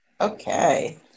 Okay